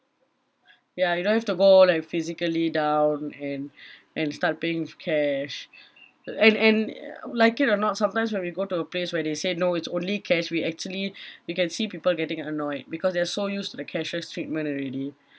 ya you don't have to go like physically down and and start paying with cash and and like it or not sometimes when we go to a place where they say no it's only cash we actually we can see people getting annoyed because they are so used to the cashless treatment already